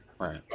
Right